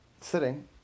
sitting